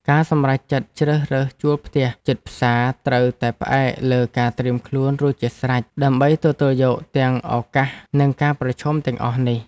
ការសម្រេចចិត្តជ្រើសរើសជួលផ្ទះជិតផ្សារត្រូវតែផ្អែកលើការត្រៀមខ្លួនរួចជាស្រេចដើម្បីទទួលយកទាំងឱកាសនិងការប្រឈមទាំងអស់នេះ។